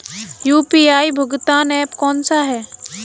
UPI भुगतान app कौन सा है?